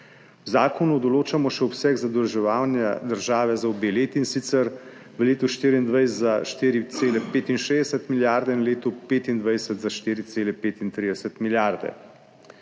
V zakonu določamo še obseg zadolževanja države za obe leti, in sicer v letu 2024 za 4,65 milijarde in v letu 2025 za 4,35 milijarde.